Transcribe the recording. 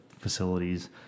facilities